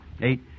Eight